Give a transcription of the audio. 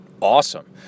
awesome